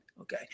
Okay